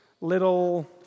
little